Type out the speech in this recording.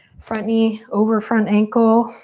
front knee over front ankle.